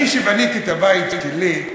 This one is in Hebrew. אני, כשבניתי את הבית שלי,